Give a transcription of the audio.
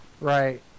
right